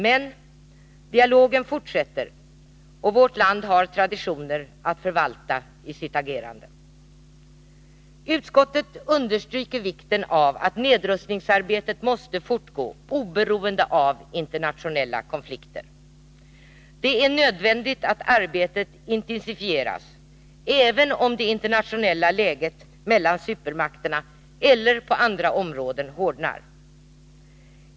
Men dialogen fortsätter, och vårt land har traditioner att förvalta i sitt agerande. Utskottet understryker vikten av att nedrustningsarbetet måste fortgå oberoende av internationella konflikter. Det är nödvändigt att arbetet intensifieras, även om det internationella läget mellan supermakterna eller på andra områden hårdnar.